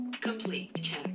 Complete